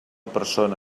persona